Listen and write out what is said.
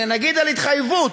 אלא נגיד על התחייבות,